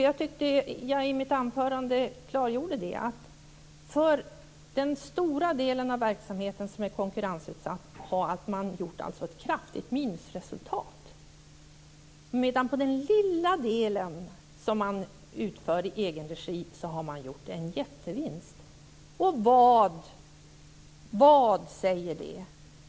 Jag tyckte att jag klargjorde det i mitt anförande. I den stora delen av verksamheten som är konkurrensutsatt har man gjort ett kraftigt minusresultat. Men på den lilla delen som utförs i egen regi har man gjort en jättevinst. Vad säger det?